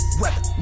weather